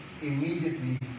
immediately